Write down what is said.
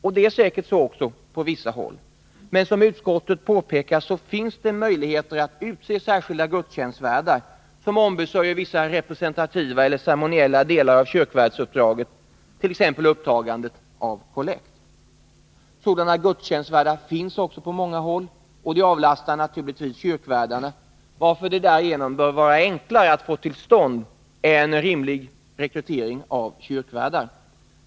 Säkert är det också så på vissa håll, men som utskottet påpekar finns det möjligheter att utse särskilda gudstjänstvärdar som ombesörjer vissa representativa eller ceremoniella delar av kyrkvärdsuppdraget, t.ex. upptagandet av kollekt. Sådana gudstjänstvärdar finns också på många håll, och de avlastar naturligtvis kyrkvärdarna, varför det bör vara enklare att få till stånd en rimlig rekrytering av kyrkvärdar.